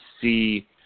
see